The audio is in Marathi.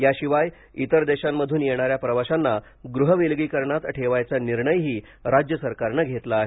याशिवाय इतर देशांमधून येणाऱ्या प्रवाशांना गृहविलगीकरणात ठेवायचा निर्णयही राज्य सरकारनं घेतला आहे